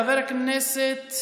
חבר הכנסת